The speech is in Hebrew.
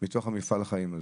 מתוך מפעל החיים הזה.